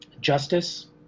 justice